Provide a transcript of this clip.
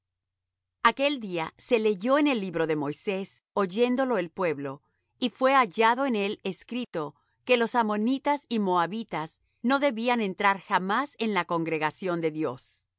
aquel día se leyó en el libro de moisés oyéndolo el pueblo y fué hallado en él escrito que los ammonitas y moabitas no debían entrar jamás en la congregación de dios